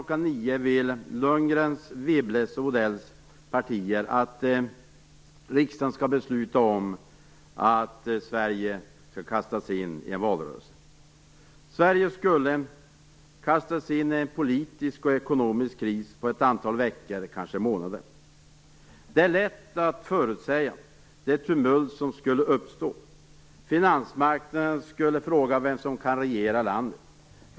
9.00 vill Lundgrens, Wibbles och Odells partier att riksdagen skall besluta om att Sverige skall kastas in i en valrörelse. Sverige skulle kastas in i en politisk och ekonomisk kris på ett antal veckor, kanske månader. Det är lätt att förutsäga det tumult som skulle uppstå. Finansmarknaden skulle fråga vem som kan regera landet.